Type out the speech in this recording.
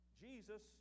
Jesus